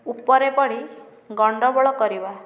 ଉପରେ ପଡ଼ି ଗଣ୍ଡଗୋଳ କରିବା